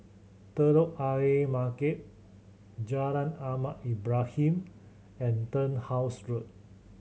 Telok Ayer Market Jalan Ahmad Ibrahim and Turnhouse Road